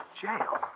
Jail